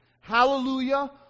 Hallelujah